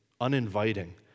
uninviting